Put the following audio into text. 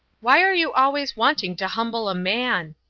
why are you always wanting to humble a man?